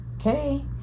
okay